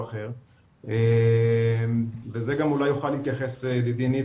או אחר - וזה גם אולי יוכל להתייחס ידידי ניב